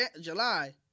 July